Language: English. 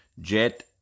Jet